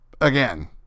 again